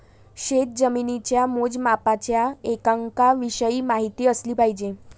शेतजमिनीच्या मोजमापाच्या एककांविषयी माहिती असली पाहिजे